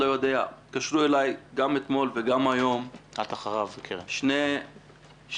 התקשרו אליי גם אתמול וגם היום שני אזרחים.